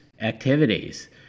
activities